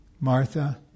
Martha